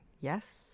Yes